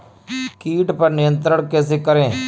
कीट पर नियंत्रण कैसे करें?